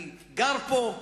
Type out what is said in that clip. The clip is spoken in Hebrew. אני גר פה,